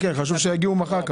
כמובן חשוב שיגיעו מחר.